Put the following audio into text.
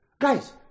Guys